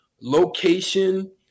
location –